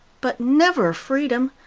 but never freedom,